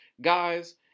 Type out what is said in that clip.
guys